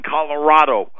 Colorado